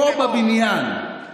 פה בבניין,